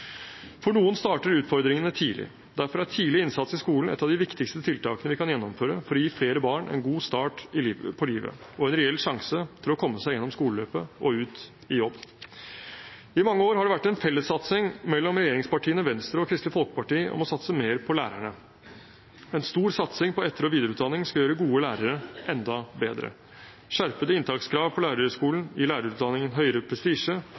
For noen starter utfordringene tidlig. Derfor er tidlig innsats i skolen et av de viktigste tiltakene vi kan gjennomføre for å gi flere barn en god start på livet og en reell sjanse til å komme seg gjennom skoleløpet og ut i jobb. I mange år har det vært en fellessatsing mellom regjeringspartiene, Venstre og Kristelig Folkeparti om å satse mer på lærerne. En stor satsing på etter- og videreutdanning skal gjøre gode lærere enda bedre. Skjerpede inntakskrav på lærerhøyskolen gir lærerutdanningen høyere prestisje,